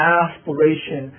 aspiration